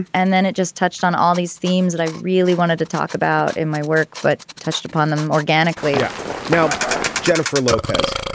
and then it just touched on all these themes that i really wanted to talk about in my work but touched upon them organically now jennifer lopez.